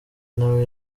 nawe